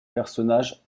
personnages